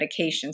medications